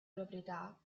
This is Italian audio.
proprietà